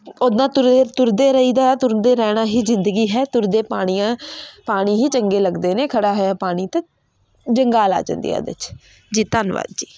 ਉੱਦਾਂ ਤੁਰੇ ਤੁਰਦੇ ਰਹੀਦਾ ਤੁਰਦੇ ਰਹਿਣਾ ਹੀ ਜ਼ਿੰਦਗੀ ਹੈ ਤੁਰਦੇ ਪਾਣੀਆਂ ਪਾਣੀ ਹੀ ਚੰਗੇ ਲੱਗਦੇ ਨੇ ਖੜ੍ਹਾ ਹੋਇਆ ਪਾਣੀ ਤਾਂ ਜੰਗਾਲ ਆ ਜਾਂਦੀ ਆ ਉਹਦੇ 'ਚ ਜੀ ਧੰਨਵਾਦ ਜੀ